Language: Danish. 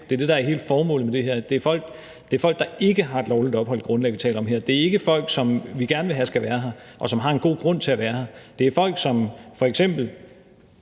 Det er det, der er hele formålet med det her. Det er folk, der ikke har et lovligt opholdsgrundlag, vi taler om. Det er ikke folk, som vi gerne vil have skal være her, og som har en god grund til at være her. Det er folk, som f.eks.